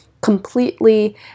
completely